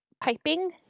piping